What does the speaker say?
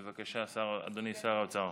בבקשה, אדוני שר האוצר.